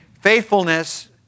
faithfulness